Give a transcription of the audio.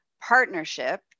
partnership